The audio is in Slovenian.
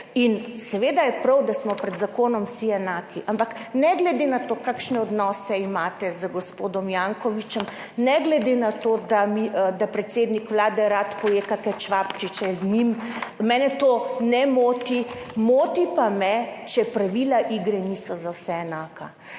seveda je prav, da smo pred zakonom vsi enaki, ampak ne glede na to, kakšne odnose imate z gospodom Jankovićem, ne glede na to, da predsednik Vlade rad poje kake čevapčiče z njim, mene to ne moti, moti pa me, če pravila igre niso za vse enaka.